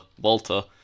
Walter